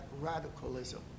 radicalism